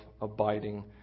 abiding